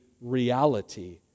reality